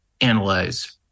analyze